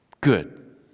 Good